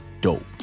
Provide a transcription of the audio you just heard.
dope